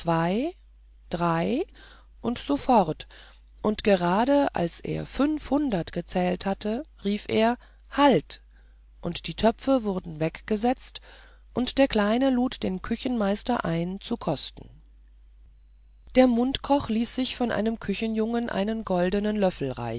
drei und so fort und gerade als er fünfhundert gezählt hatte rief er halt die töpfe wurden weggesetzt und der kleine lud den küchenmeister ein zu kosten der mundkoch ließ sich von einem küchenjungen einen goldenen löffel